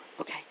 Okay